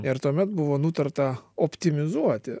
ir tuomet buvo nutarta optimizuoti